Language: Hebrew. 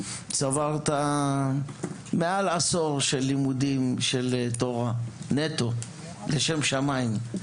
צברת מעל עשור של לימודים של תורה נטו לשם שמיים,